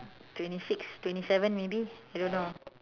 twenty six twenty seven maybe I don't know